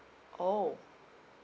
orh